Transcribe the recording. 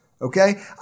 Okay